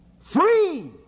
Free